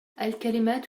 الكلمات